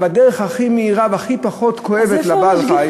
בדרך הכי מהירה והכי פחות כואבת לבעל-חיים.